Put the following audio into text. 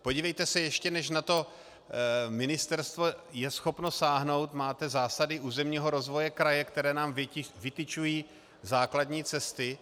Podívejte se, ještě než na to ministerstvo je schopno sáhnout, máte zásady územního rozvoje kraje, které nám vytyčují základní cesty.